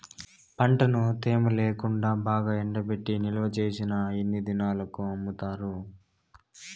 పంటను తేమ లేకుండా బాగా ఎండబెట్టి నిల్వచేసిన ఎన్ని దినాలకు అమ్ముతారు?